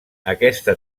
aquesta